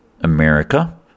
America